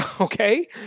Okay